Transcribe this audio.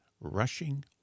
Rushing